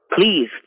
please